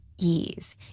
ease